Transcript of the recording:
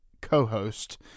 co-host